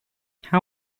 how